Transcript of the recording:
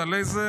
על איזה